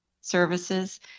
services